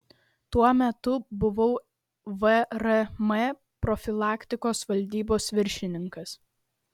tuo metu buvau vrm profilaktikos valdybos viršininkas